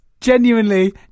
genuinely